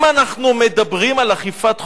אם אנחנו מדברים על אכיפת חוק,